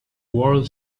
world